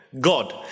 God